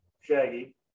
Shaggy